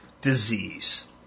disease